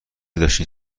داشتین